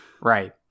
Right